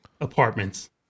apartments